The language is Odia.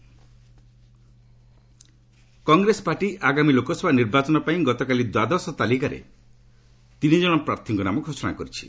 କଂଗ୍ରେସ ଲିଷ୍ଟ କଂଗ୍ରେସ ପାର୍ଟି ଆଗାମୀ ଲୋକସଭା ନିର୍ବାଚନ ପାଇଁ ଗତକାଲି ଦ୍ୱାଦଶ ତାଲିକାରେ ତିନି କଣ ପ୍ରାର୍ଥୀଙ୍କ ନାମ ଘୋଷଣା କରିଛି